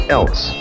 else